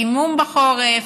חימום בחורף,